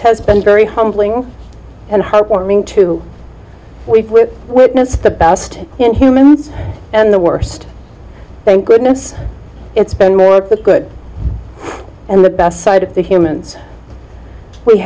has been very humbling and heartwarming to weep with witness the best in human and the worst thank goodness it's been more the good and the best side of the humans we